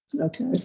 Okay